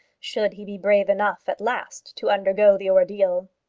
should he be brave enough at last to undergo the ordeal.